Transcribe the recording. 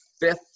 fifth